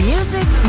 Music